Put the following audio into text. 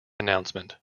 announcement